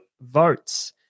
votes